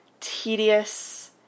tedious